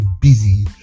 busy